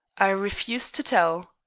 i refuse to tell.